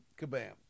Kabam